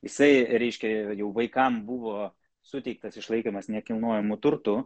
jisai reiškia jau vaikam buvo suteiktas išlaikymas nekilnojamu turtu